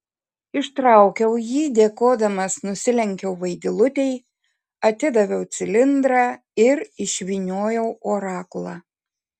ištraukiau jį dėkodamas nusilenkiau vaidilutei atidaviau cilindrą ir išvyniojau orakulą